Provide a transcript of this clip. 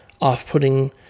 off-putting